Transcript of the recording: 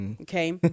Okay